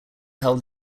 held